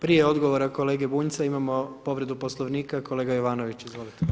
Prije odgovora kolege Bunjca, imamo povredu Poslovnika, kolega Jovanović, izvolite.